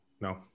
No